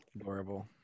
Adorable